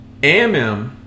AMM